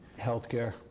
healthcare